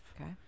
Okay